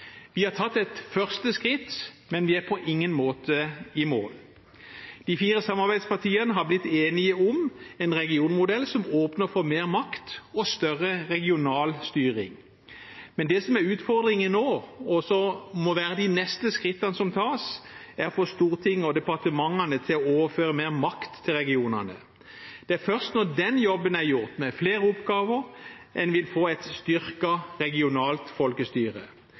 Vi har tatt et første skritt, men vi er på ingen måte i mål. De fire samarbeidspartiene har blitt enige om en regionmodell som åpner for mer makt og større regional styring. Men det som er utfordringen nå, og som må være de neste skrittene som tas, er å få Stortinget og departementene til å overføre mer makt til regionene. Det er først når den jobben er gjort, med flere oppgaver, en vil få et styrket regionalt folkestyre.